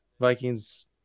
Vikings